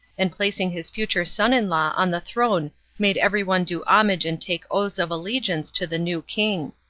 and placing his future son-in-law on the throne made everyone do homage and take oaths of allegiance to the new king.